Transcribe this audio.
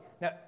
Now